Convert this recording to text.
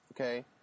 Okay